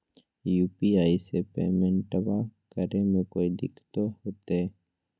UPI से पेमेंटबा करे मे कोइ दिकतो होते?